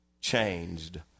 changed